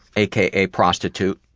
aka prostitute.